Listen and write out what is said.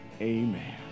Amen